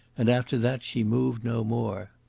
and after that she moved no more.